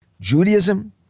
Judaism